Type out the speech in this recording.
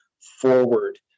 forward